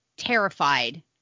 terrified